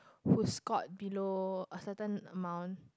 who scored below a certain amount